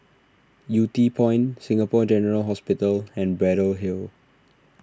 Yew Tee Point Singapore General Hospital and Braddell Hill